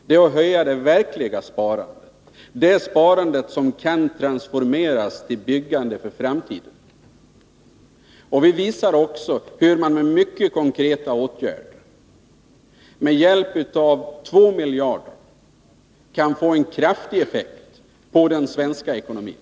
Det är att höja det verkliga sparandet, det sparande som kan transformeras till byggande för framtiden. Vi visar också hur man med konkreta åtgärder med hjälp av 2 miljarder kronor kan få en kraftig effekt på den svenska ekonomin.